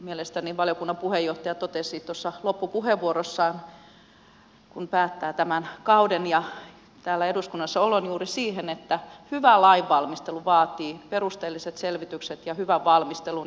mielestäni valiokunnan puheenjohtaja totesi tuossa loppupuheenvuorossaan kun hän päättää tämän kauden ja täällä eduskunnassa olon juuri sen että hyvä lainvalmistelu vaatii perusteelliset selvitykset ja hyvän valmistelun